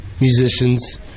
musicians